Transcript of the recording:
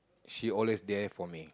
she always there for me